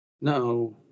no